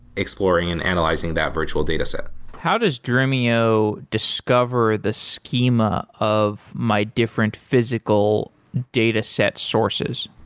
exploring and analyzing that virtual dataset how does dremio discover the schema of my different physical dataset sources?